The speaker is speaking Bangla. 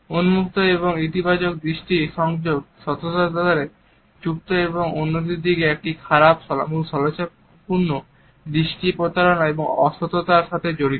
উন্মুক্ত এবং ইতিবাচক দৃষ্টি সংযোগ সততার সাথে যুক্ত এবং অন্যদিকে একটি খারাপ ছলনাপূর্ণ দৃষ্টি প্রতারণা ও অসততার সাথে জড়িত